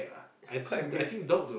quite amazed